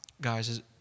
guys